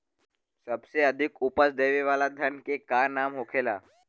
सबसे अधिक उपज देवे वाला धान के का नाम होखे ला?